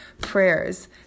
prayers